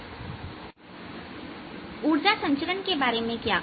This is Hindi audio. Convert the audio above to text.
ERn1 n2n1n2E1 ET2n1n1n2E1 ऊर्जा संचरण के बारे में क्या